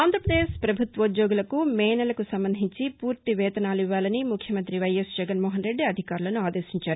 ఆంధ్రాపదేశ్ పభుత్వోద్యోగులకు మే నెలకు సంబంధించి పూర్తి వేతనాలు ఇవ్వాలని ముఖ్యమంతి వైఎస్ జగన్మోహన్ రెడ్డి అధికారులను ఆదేశించారు